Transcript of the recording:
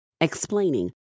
explaining